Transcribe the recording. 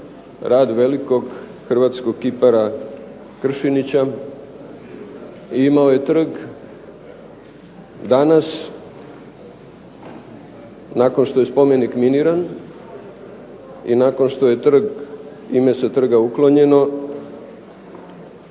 rad velikog hrvatskog kipara Kršinića i imao je trg. Danas, nakon što je spomenik miniran i nakon što je trg, ime sa trga uklonjeno